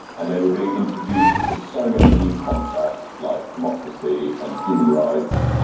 and they were being introduced to so many new concepts, like democracy and human rights,